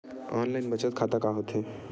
Online बचत खाता का होथे?